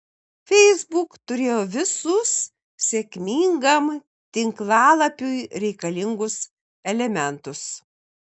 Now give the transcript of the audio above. facebook turėjo visus sėkmingam tinklalapiui reikalingus elementus